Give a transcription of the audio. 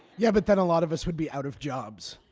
yeah, but then a lot of us would be out of jobs,